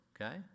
okay